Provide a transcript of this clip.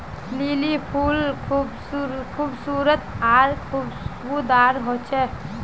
lily फुल खूबसूरत आर खुशबूदार होचे